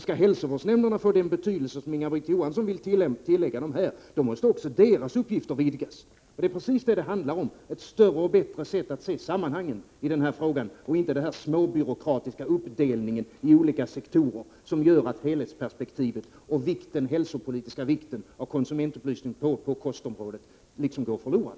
Skall hälsovårdsnämnderna få den betydelse Inga-Britt Johansson vill tillägga dem här, måste också deras uppgifter vidgas. Det handlar precis om detta: ett större och bättre sätt att se sammanhangen i den här frågan och inte den småbyråkratiska uppdelningen i olika sektorer som gör att helhetsperspektivet och den hälsopolitiska vikten av konsumentupplysning på kostområdet går förlorad.